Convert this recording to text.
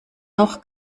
noch